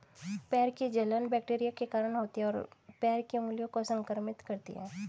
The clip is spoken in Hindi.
पैर की जलन बैक्टीरिया के कारण होती है, और पैर की उंगलियों को संक्रमित करती है